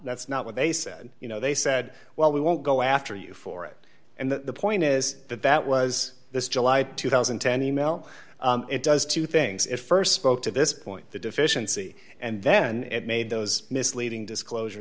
that's not what they said you know they said well we won't go after you for it and the point is that that was this july two thousand and ten e mail it does two things it st spoke to this point the deficiency and then it made those misleading disclosure